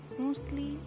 mostly